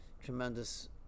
tremendous